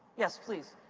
yes, please.